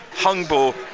Hungbo